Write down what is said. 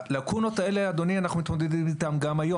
הלקונות האלה גם היום,